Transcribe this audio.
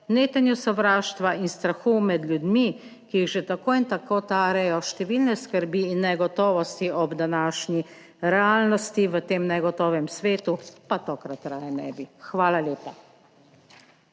netenju sovraštva in strahu med ljudmi, ki jih že tako in tako tarejo številne skrbi in negotovosti ob današnji realnosti, v tem negotovem svetu pa tokrat raje ne bi. Hvala lepa.